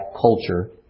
culture